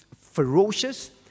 ferocious